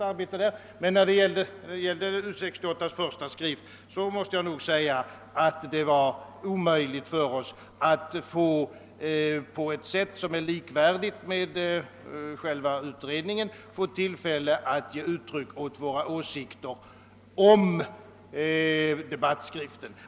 Arbetet där går bra och är angenämt, men det var omöjligt för oss att få tillfälle att ge uttryck åt våra åsikter i den första debattskriften.